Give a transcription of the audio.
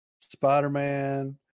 Spider-Man